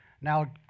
Now